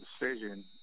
decision